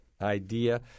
idea